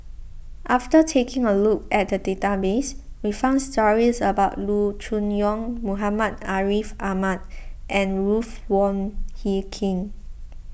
after taking a look at the database we found stories about Loo Choon Yong Muhammad Ariff Ahmad and Ruth Wong Hie King